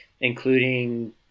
including